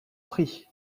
pris